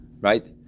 right